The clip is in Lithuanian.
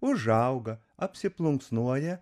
užauga apsiplunksnuoja